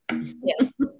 Yes